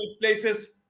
places